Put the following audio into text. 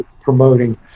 promoting